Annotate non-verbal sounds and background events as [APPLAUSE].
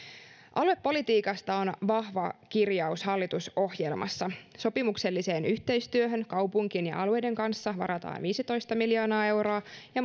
aluepolitiikasta on vahva kirjaus hallitusohjelmassa sopimukselliseen yhteistyöhön kaupunkien ja alueiden kanssa varataan viisitoista miljoonaa euroa ja [UNINTELLIGIBLE]